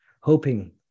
hoping